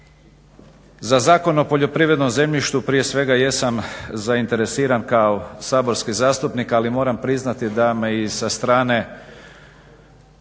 Za Zakon o poljoprivrednom zemljištu prije svega jesam zainteresiran kao saborski zastupnik ali moram priznati da me i sa strane